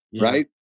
right